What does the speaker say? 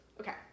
okay